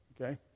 okay